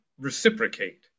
reciprocate